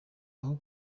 aho